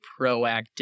proactive